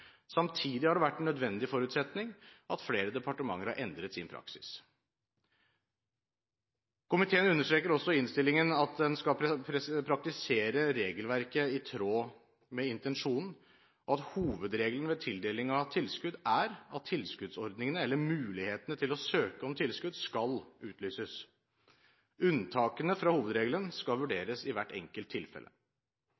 Samtidig har det vært en nødvendig forutsetning at flere departementer har endret sin praksis. Komiteen understreker også i innstillingen at en skal praktisere regelverket i tråd med intensjonen, og at hovedregelen ved tildeling av tilskudd er at tilskuddsordningene, eller mulighetene til å søke om tilskudd, skal utlyses. Unntakene fra hovedregelen skal